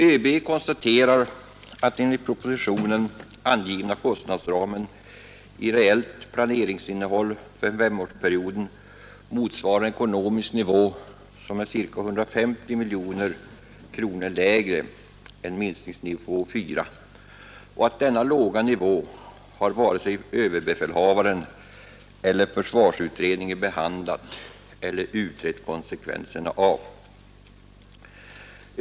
ÖB konstaterar att den i propositionen angivna kostnadsramen i reellt planeringsinnehåll för femårsperioden motsvarar en ekonomisk nivå som är ca 150 miljoner kronor lägre än minskningsnivå 4 och att varken överbefälhavaren eller försvarsutredningen behandlat och utrett konsekvenserna av denna låga nivå.